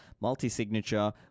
multi-signature